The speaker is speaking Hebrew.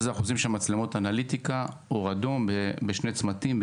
גם עושים שם מצלמות אנליטיקה אור אדום בשני צמתים.